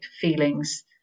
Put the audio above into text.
feelings